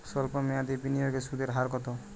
সল্প মেয়াদি বিনিয়োগে সুদের হার কত?